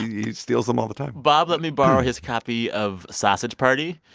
he steals them all the time bob let me borrow his copy of sausage party.